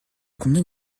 combien